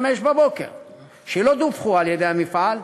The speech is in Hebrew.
שלא דווחה על-ידי המפעל,